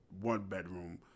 one-bedroom